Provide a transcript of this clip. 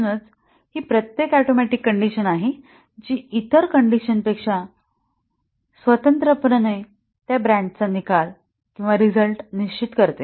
म्हणूनच ही प्रत्येक ऍटोमिक कंडिशन आहे जी इतर कण्डिशनपेक्षा स्वतंत्रपणे ब्रान्चचा निकाल निश्चित करते